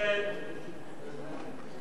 בעד, 11, נגד, 35, אין נמנעים.